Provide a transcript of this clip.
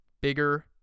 Bigger